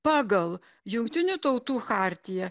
pagal jungtinių tautų chartiją